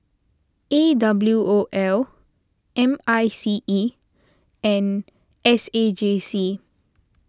A W O L M I C E and S A J C